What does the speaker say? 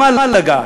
במה לגעת?